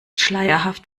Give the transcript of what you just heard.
schleierhaft